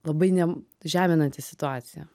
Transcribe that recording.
labai jam žeminanti situacija